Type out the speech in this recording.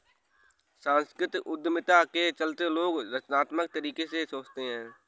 सांस्कृतिक उद्यमिता के चलते लोग रचनात्मक तरीके से सोचते हैं